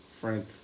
Frank